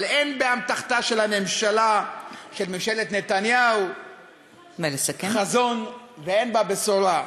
אבל אין באמתחתה של ממשלת נתניהו חזון ואין בה בשורה.